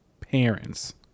parents